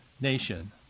nation